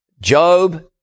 Job